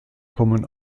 kommen